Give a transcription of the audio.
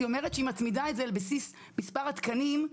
היא אומרת שהיא מצמידה את זה על בסיס מספר התקנים.